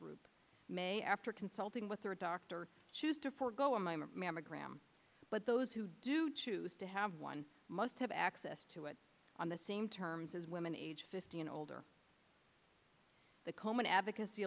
group may after consulting with their doctor choose to forgo a minor mammogram but those who do choose to have one must have access to it on the same terms as women age fifty and older the komen advocacy